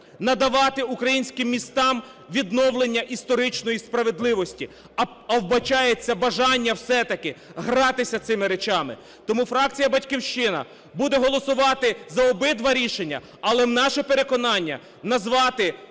надавати українським містам відновлення історичної справедливості, а вбачається бажання все-таки гратися цими речами. Тому фракція "Батьківщина" буде голосувати за обидва рішення, але наше переконання – назвати